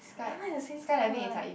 I thought is the same thing what